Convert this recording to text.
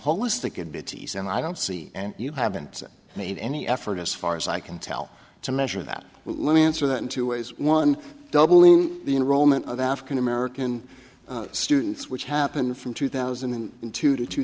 wholistic of bitties and i don't see and you haven't made any effort as far as i can tell to measure that well let me answer that in two ways one doubling the in roman of african american students which happened from two thousand and two to two